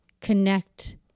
connect